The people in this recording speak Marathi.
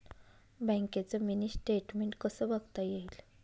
बँकेचं मिनी स्टेटमेन्ट कसं बघता येईल?